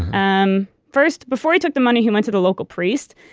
um first, before he took the money he went to the local priest,